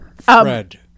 Fred